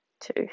two